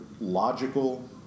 logical